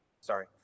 sorry